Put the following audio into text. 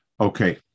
okay